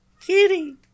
Kitty